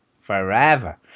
forever